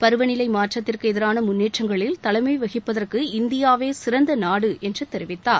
பருவநிலை மாற்றத்திற்கு எதிரான முன்னேற்றங்களில் தலைமை வகிப்பதற்கு இந்தியாவே சிறந்த நாடு என்றார்